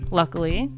luckily